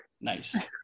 Nice